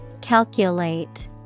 Calculate